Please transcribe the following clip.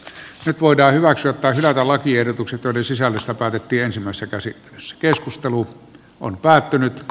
nyt voidaan hyväksyä tai hylätä lakiehdotukset joiden sisällöstä päätettiin sinänsä tosin se keskustelu on päättynyt